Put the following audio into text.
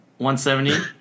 170